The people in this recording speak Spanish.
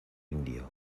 indio